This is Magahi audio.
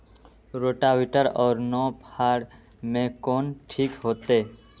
रोटावेटर और नौ फ़ार में कौन ठीक होतै?